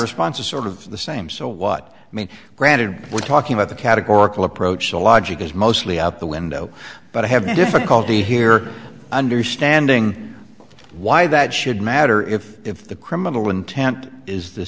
response is sort of the same so what i mean granted we're talking about the categorical approach the logic is mostly out the window but i have no difficulty here understanding why that should matter if if the criminal intent is the